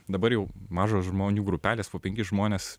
dabar jau mažos žmonių grupelės po penkis žmones